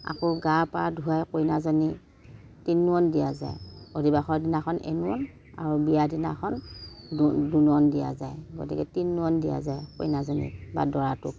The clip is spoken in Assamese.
আকৌ গা পা ধুৱাই কইনাজনীক তিন নুৱন দিয়া যায় অদিবাসৰ দিনাখন এনুৱন আৰু বিয়া দিনাখন দু দুনুৱন দিয়া যায় গতিকে তিনি নুৱন দিয়া যায় কইনাজনীক বা দৰাটোক